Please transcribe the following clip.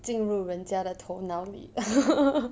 进入人家的头脑里